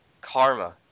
karma